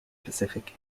pacific